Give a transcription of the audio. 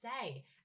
say